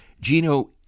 Geno